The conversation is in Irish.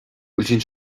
bhfuil